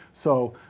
so,